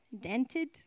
dented